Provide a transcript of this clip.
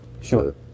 Sure